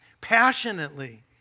passionately